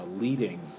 leading